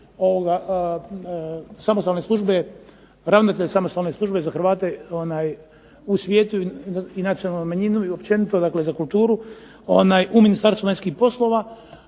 ravnatelj samostalne službe za Hrvate u svijetu i nacionalnu manjinu i općenito za kulturu, u Ministarstvu vanjskih poslova,